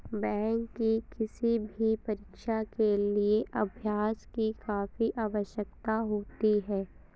bank की किसी भी परीक्षा के लिए अभ्यास की काफी आवश्यकता होती है